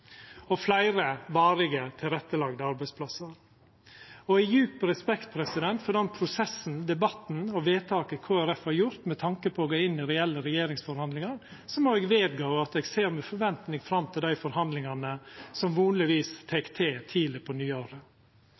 og fleire varige, tilrettelagde arbeidsplassar. Og i djup respekt for den prosessen, debatten og vedtaket Kristeleg Folkeparti har gjort med tanke på å gå inn i reelle regjeringsforhandlingar, må eg vedgå at eg ser med forventing fram til dei forhandlingane som vonleg tek til tidleg på nyåret.